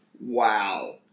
wow